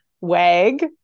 WAG